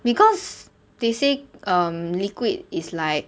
because they said um liquid is like